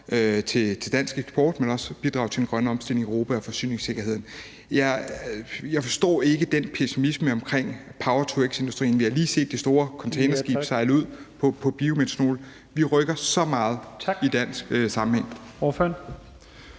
til dansk eksport, men også til den grønne omstilling i Europa og forsyningssikkerheden. Jeg forstår ikke den pessimisme omkring power-to-x-industrien. Vi har lige set det store containerskib sejle ud på biometanol. Vi rykker så meget i dansk sammenhæng.